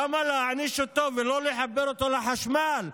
למה להעניש אותו ולא לחבר אותו לחשמל?